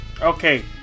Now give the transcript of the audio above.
Okay